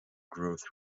growth